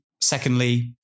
Secondly